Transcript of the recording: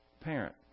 parent